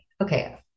okay